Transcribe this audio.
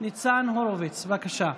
מכיוון שאין ועדת החוקה,